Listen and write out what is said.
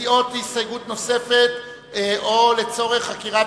מציעות הסתייגות נוספת: "או לצורך חקירת